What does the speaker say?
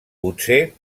potser